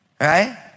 Right